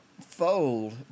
fold